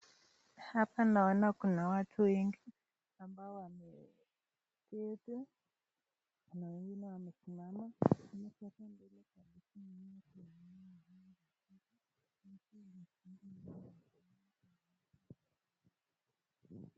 Hapa naona kuna watu wengi ambao wamekaa chini na wengine wamesimama. Na sasa mbele kabisa naona kuna mwanamke mmoja amesimama na anaongea.